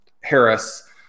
harris